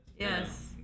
Yes